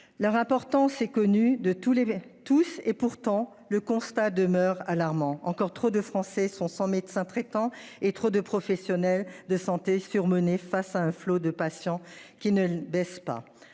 Leur importance est connu de tous les, tous, et pourtant le constat demeure alarmant encore trop de Français sont sans médecin traitant et trop de professionnels de santé surmenés face à un flot de patients qui ne baisse pas